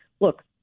look